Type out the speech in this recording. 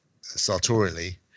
sartorially